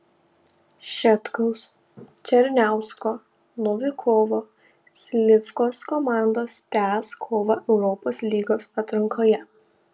šetkaus černiausko novikovo slivkos komandos tęs kovą europos lygos atrankoje